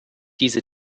diese